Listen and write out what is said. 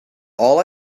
all